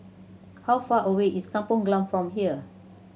how far away is Kampong Glam from here